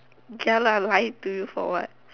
ya lah lie to you for what